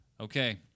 Okay